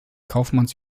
kaufmanns